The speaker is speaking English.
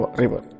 river